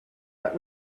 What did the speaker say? but